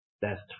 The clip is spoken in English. best